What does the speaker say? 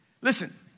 listen